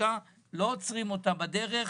בחקיקה ולא עוצרים אותה בדרך.